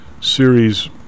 Series